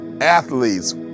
athletes